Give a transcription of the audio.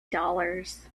dollars